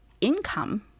income